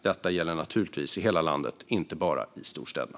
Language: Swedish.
Detta gäller naturligtvis i hela landet, inte bara i storstäderna.